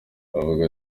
avuga